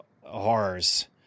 horrors